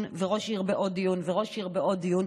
וראש עיר בעוד דיון וראש עיר בעוד דיון,